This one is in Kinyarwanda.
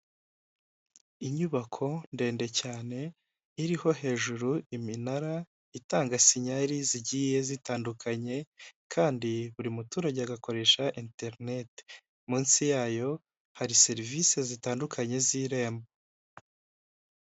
Inyubako ndende cyane, iriho hejuru iminara itanga sinyari zigiye zitandukanye kandi buri muturage agakoresha enterinete. Munsi yayo hari serivise zitandukanye z'irembo.